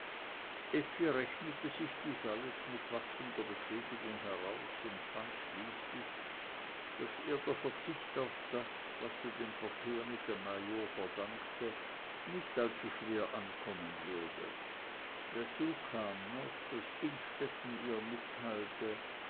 effi rechnete sich dies alles mit wachsender befriedigung heraus und fand schließlich daß ihr der verzicht auf das was sie dem verkehr mit dem major verdankte nicht allzu schwer ankommen würde dazu kam noch daß innstetten ihr mitteilte